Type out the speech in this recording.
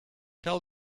tell